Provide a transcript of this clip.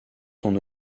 son